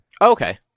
Okay